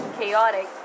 chaotic